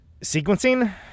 sequencing